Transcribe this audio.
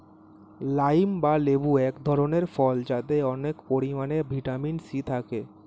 lime বা লেবু এক ধরনের ফল যাতে অনেক পরিমাণে ভিটামিন সি থাকে